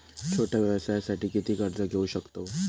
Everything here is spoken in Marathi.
छोट्या व्यवसायासाठी किती कर्ज घेऊ शकतव?